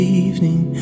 evening